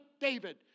David